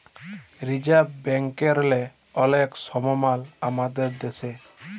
reserve ব্যাংকেরলে অলেক সমমাল আমাদের দ্যাশে